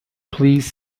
please